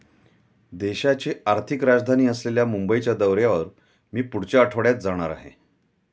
देशाची आर्थिक राजधानी असलेल्या मुंबईच्या दौऱ्यावर मी पुढच्या आठवड्यात जाणार आहे